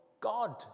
God